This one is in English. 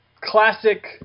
classic